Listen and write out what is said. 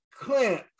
Clint